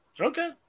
Okay